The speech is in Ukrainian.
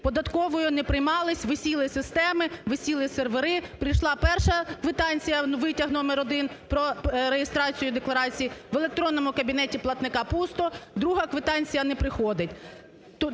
податкової не приймались, висіли системи, висіли сервери прийшла перша квитанція – витяг номер один про реєстрацію декларації, в електронному кабінеті платника пусто, друга квитанція не приходить.